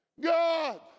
God